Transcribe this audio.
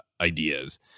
ideas